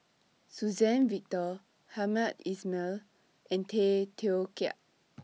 Suzann Victor Hamed Ismail and Tay Teow Kiat